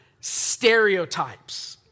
stereotypes